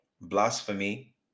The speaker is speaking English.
blasphemy